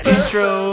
Intro